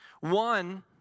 One